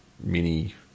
Mini